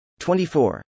24